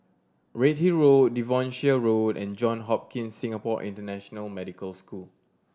Redhill Road Devonshire Road and John Hopkins Singapore International Medical School